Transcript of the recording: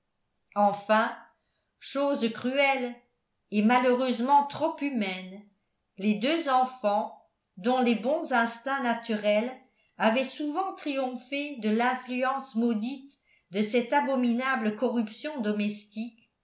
enfin chose cruelle et malheureusement trop humaine les deux enfants dont les bons instincts naturels avaient souvent triomphé de l'influence maudite de cette abominable corruption domestique